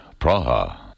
Praha